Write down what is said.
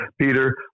Peter